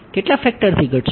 કેટલા ફેક્ટરથી ઘટશે